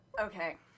Okay